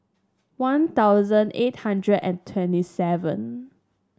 One Thousand eight hundred and twenty seven